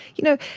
you know,